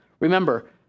Remember